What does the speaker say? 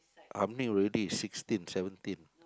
how many already sixteen seventeen